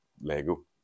Lego